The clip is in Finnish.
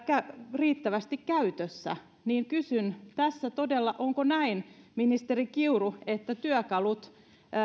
riittävästi käytössä ja kysyn tässä onko todella näin ministeri kiuru että työkalut